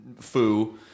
foo